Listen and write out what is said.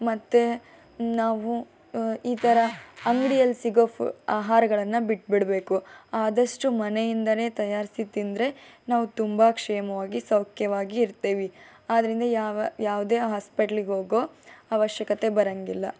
ಮತ್ತೆ ನಾವು ಈ ಥರ ಅಂಗಡಿಯಲ್ಲಿ ಸಿಗೋ ಫು ಆಹಾರಗಳನ್ನು ಬಿಟ್ಟುಬಿಡ್ಬೇಕು ಆದಷ್ಟು ಮನೆಯಿಂದಲೇ ತಯಾರಿಸಿ ತಿಂದರೆ ನಾವು ತುಂಬ ಕ್ಷೇಮವಾಗಿ ಸೌಖ್ಯವಾಗಿ ಇರ್ತೇವೆ ಆದ್ದರಿಂದ ಯಾವ ಯಾವುದೇ ಆಸ್ಪಿಟ್ಲಿಗೆ ಹೋಗೋ ಅವಶ್ಯಕತೆ ಬರೊಂಗಿಲ್ಲ